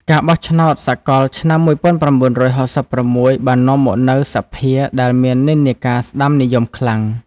ការបោះឆ្នោតសកលឆ្នាំ ១៩៦៦ បាននាំមកនូវសភាដែលមាននិន្នាការស្តាំនិយមខ្លាំង។